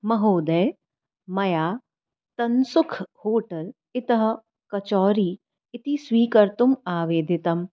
महोदय मया तन्सुख् होटेल् इतः कचौरी इति स्वीकर्तुम् आवेदितम्